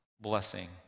blessing